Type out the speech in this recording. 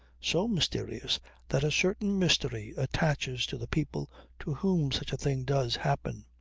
so mysterious that a certain mystery attaches to the people to whom such a thing does happen.